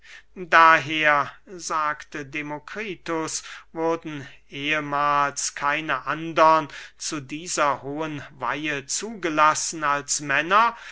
daher sagte demokritus wurden ehemahls keine andern zu dieser hohen weihe zugelassen als männer